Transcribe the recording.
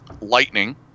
lightning